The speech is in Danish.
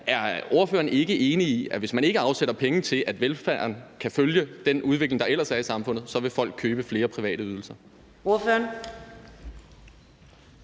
er ordføreren ikke enig i, at hvis man ikke afsætter penge til, at velfærden kan følge den udvikling, der ellers er i samfundet, vil folk købe flere private ydelser?